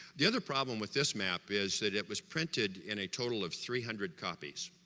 the other problem with this map is that it was printed in a total of three hundred copies